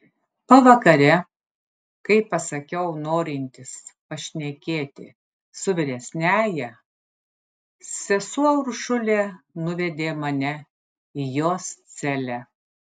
pavakare kai pasakiau norintis pašnekėti su vyresniąja sesuo uršulė nuvedė mane į jos celę